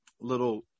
little